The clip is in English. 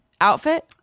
outfit